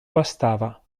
bastava